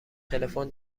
تلفن